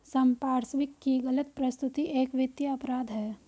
संपार्श्विक की गलत प्रस्तुति एक वित्तीय अपराध है